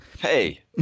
Hey